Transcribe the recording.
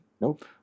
Nope